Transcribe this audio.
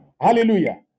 Hallelujah